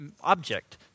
object